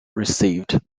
received